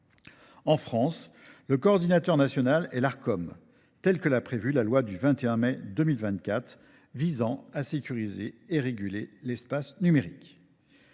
En France, le coordinateur national est l’Arcom, comme l’a prévu la loi du 21 mai 2024 visant à sécuriser et à réguler l’espace numérique.